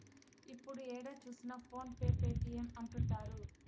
ఇప్పుడు ఏడ చూసినా ఫోన్ పే పేటీఎం అంటుంటారు